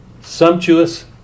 Sumptuous